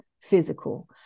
physical